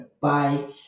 bike